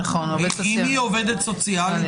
זה מישהו שטיפל בו, אם זה עו"ס או פסיכיאטר?